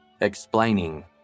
explaining